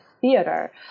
theater